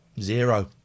zero